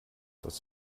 das